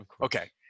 okay